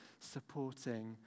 supporting